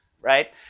right